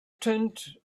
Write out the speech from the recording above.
tent